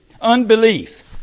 Unbelief